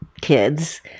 kids